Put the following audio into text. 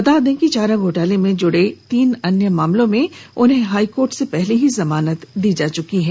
बता दें कि चारा घोटाले से जुड़े तीन अन्य मामलों में उन्हें हाइकोर्ट से पहले ही जमानत मिल चुकी है